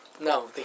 no